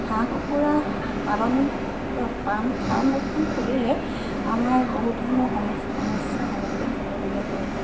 হাঁহ কুকুৰা পালন পাম ফাৰ্মখন খুলিলে আমাৰ বহুত ধৰণৰ সমস্যাৰ সন্মুখীন হ'বলগীয়া হয়